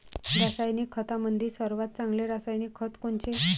रासायनिक खतामंदी सर्वात चांगले रासायनिक खत कोनचे?